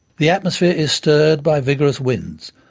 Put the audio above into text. the atmosphere is stirred by vigorous winds,